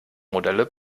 modelle